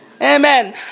amen